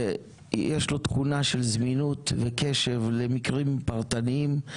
יש לו תכונה של זמינות וקשב למקרים פרטניים,